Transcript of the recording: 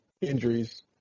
injuries